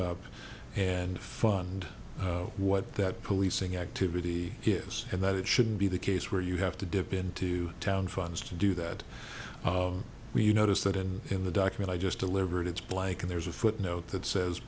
up and fund what that policing activity is and that it should be the case where you have to dip into town funds to do that when you notice that and in the document i just delivered it's blank and there's a footnote that says